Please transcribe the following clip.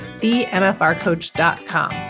themfrcoach.com